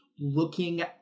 looking